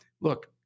Look